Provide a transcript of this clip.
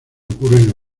ocurren